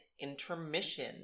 intermission